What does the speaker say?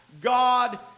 God